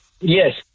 Yes